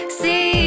see